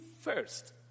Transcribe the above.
first